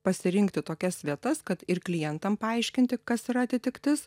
pasirinkti tokias vietas kad ir klientam paaiškinti kas yra atitiktis